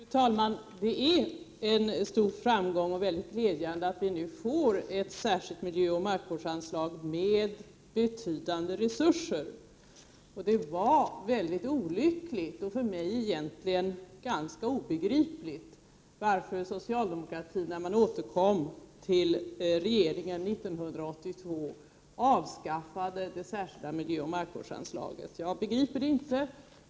Fru talman! Det är en stor framgång och väldigt glädjande att vi nu får ett särskilt miljöoch markvårdsanslag med betydande resurser. Det var väldigt olyckligt och för mig egentligen ganska obegripligt varför socialdemokratin, när man återkom till regeringen 1982, avskaffade det särskilda miljöoch markvårdsanslaget. Jag begriper det inte.